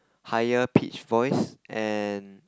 higher pitch voice and